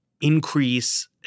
increase –